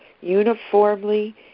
uniformly